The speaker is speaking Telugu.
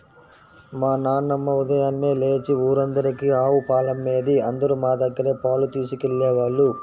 మా నాన్నమ్మ ఉదయాన్నే లేచి ఊరందరికీ ఆవు పాలమ్మేది, అందరూ మా దగ్గరే పాలు తీసుకెళ్ళేవాళ్ళు